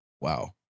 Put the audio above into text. Wow